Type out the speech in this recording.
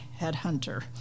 headhunter